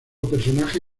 personaje